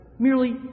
Merely